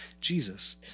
Jesus